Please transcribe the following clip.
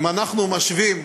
אם אנחנו משווים,